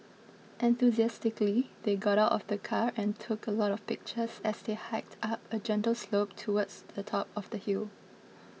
enthusiastically they got out of the car and took a lot of pictures as they hiked up a gentle slope towards the top of the hill